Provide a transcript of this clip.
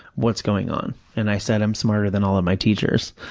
what's going on? and i said, i'm smarter than all of my teachers.